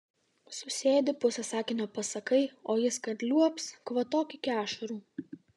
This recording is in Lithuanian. susėdi pusę sakinio pasakai o jis kad liuobs kvatok iki ašarų